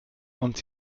uns